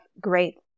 great